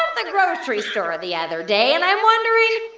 um the grocery store the other day, and i'm wondering,